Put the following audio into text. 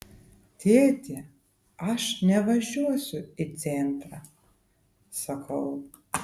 tėti aš nevažiuosiu į centrą sakau